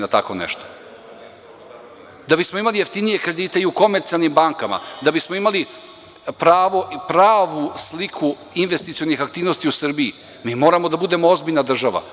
Da bismo imali jeftinije kredite i u komercijalnim bankama, da bismo imali pravu sliku investicionih aktivnosti u Srbiji mi moramo da budemo ozbiljna država.